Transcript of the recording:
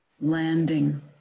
landing